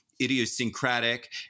idiosyncratic